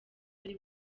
ari